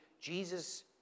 Jesus